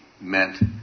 meant